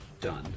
Done